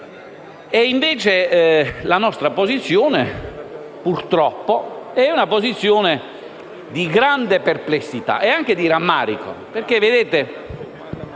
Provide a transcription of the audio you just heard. Invece la nostra posizione, purtroppo, è di grande perplessità e anche di rammarico.